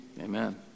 Amen